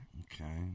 Okay